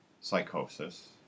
psychosis